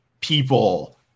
people